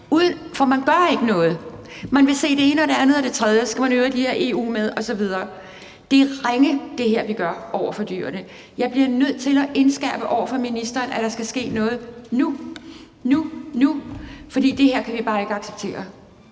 for man gør ikke noget. Man vil se det ene, det andet og det tredje, og så skal man i øvrigt lige have EU med osv. Det her, vi gør, er ringe over for dyrene. Jeg bliver nødt til at indskærpe over for ministeren, at der skal ske noget nu – nu! – for det her kan vi bare ikke acceptere.